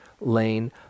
lane